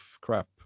crap